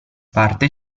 parte